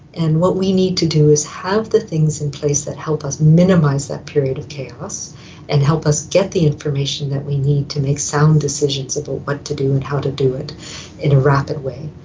and what we need to do is have the things in place that help us minimise that period of chaos and help us get the information that we need to make sound decisions about what to do and how to do it in a rapid way.